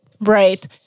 Right